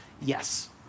yes